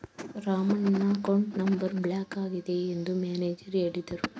ರಾಮಣ್ಣನ account number block ಆಗಿದೆ ಎಂದು manager ಹೇಳಿದರು